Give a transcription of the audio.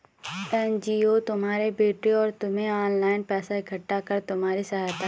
NGO तुम्हारे बेटे और तुम्हें ऑनलाइन पैसा इकट्ठा कर तुम्हारी सहायता करेगी